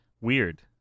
Weird